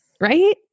Right